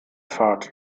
fahrt